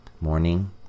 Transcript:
morning